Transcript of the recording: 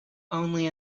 only